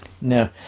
No